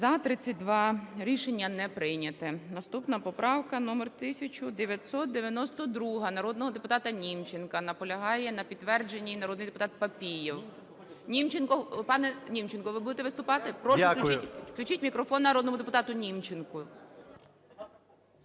За-32 Рішення не прийнято. Наступна поправка номер 1992 народного депутата Німченка. Наполягає на підтвердженні народний депутат Папієв. Німченко, пане Німченко, ви будете виступати? Прошу, включіть мікрофон народному депутату Німченку.